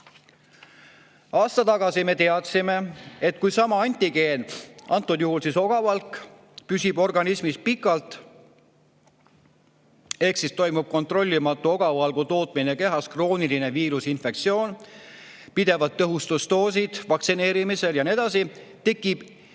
Aasta tagasi me teadsime, et kui sama antigeen, antud juhul ogavalk, püsib organismis pikalt – ehk toimub kontrollimatu ogavalgu tootmine kehas, krooniline viirusinfektsioon, pidevad tõhustusdoosid vaktsineerimisel ja nii edasi –, tekib